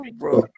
bro